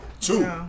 Two